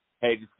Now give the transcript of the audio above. Hey